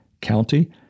county